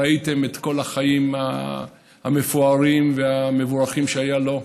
ראיתם את כל החיים המפוארים והמבורכים שהיו לו,